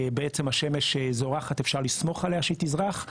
אפשר לסמוך עליה שתזרח,